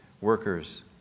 workers